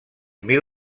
mil